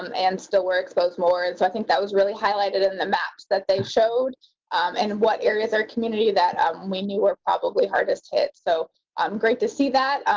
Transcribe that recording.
um and still were exposed more and so i think that was really highlighted in in the match that they showed in and what areas? air community, that when you were probably hardest hit. so i'm great to see that,